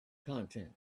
content